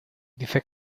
dice